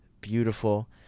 Beautiful